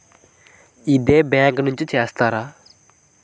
ఇదే బ్యాంక్ నుంచి చేస్తారా?